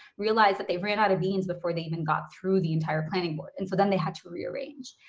realized that they've ran out of beans before they even got through the entire planning board. and so then they had to rearrange.